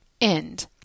End